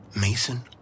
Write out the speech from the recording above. Mason